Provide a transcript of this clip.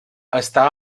està